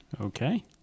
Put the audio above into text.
Okay